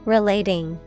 Relating